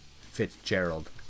Fitzgerald